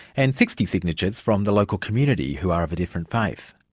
and sixty signatures from the local community who are of a different faith.